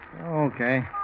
Okay